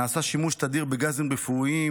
נעשה שימוש תדיר בגזים רפואיים,